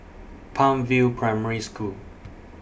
Palm View Primary School